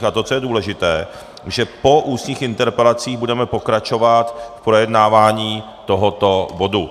A to, co je důležité, je, že po ústních interpelacích budeme pokračovat v projednávání tohoto bodu.